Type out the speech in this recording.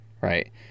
right